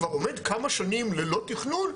כבר עומד כמה שנים ללא תכנון,